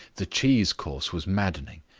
the cheese course was maddening.